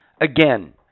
Again